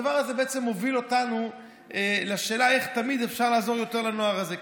הדבר הזה מוביל אותנו לשאלה איך תמיד אפשר לעזור יותר לנוער הזה,